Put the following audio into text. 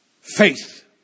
Faith